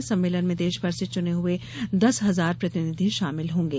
इस सम्मेलन में देश भर से चने हए दस हजार प्रतिनिधि शामिल होंगे